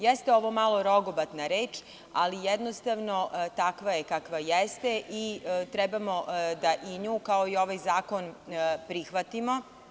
Jeste ovo malo rogobatna reč, ali, jednostavno, takva je kakva jeste i trebamo da i nju, kao i ovaj zakon, prihvatimo.